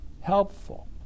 helpful